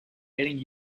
getting